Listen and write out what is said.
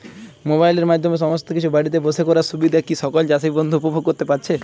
মোবাইলের মাধ্যমে সমস্ত কিছু বাড়িতে বসে করার সুবিধা কি সকল চাষী বন্ধু উপভোগ করতে পারছে?